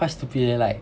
quite stupid leh like